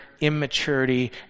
immaturity